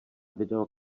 video